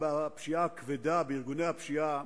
כבוד השר,